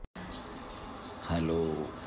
Hello